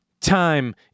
Time